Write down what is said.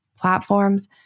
platforms